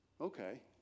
Okay